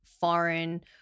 foreign